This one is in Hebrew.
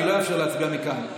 אני לא אאפשר להצביע מכאן,